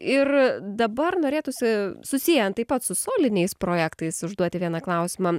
ir dabar norėtųsi susiejant taip pat su soliniais projektais užduoti vieną klausimą